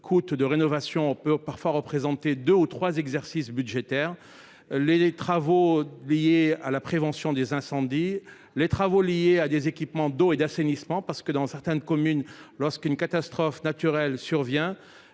coût de rénovation peut parfois représenter deux ou trois exercices budgétaires ; les travaux liés à la prévention des incendies ; les travaux liés à des équipements d’eau et d’assainissement. En effet, dans les communes touchées par une catastrophe naturelle,